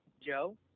Joe